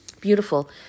Beautiful